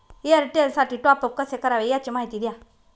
एअरटेलसाठी टॉपअप कसे करावे? याची माहिती द्या